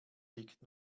liegt